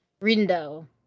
Rindo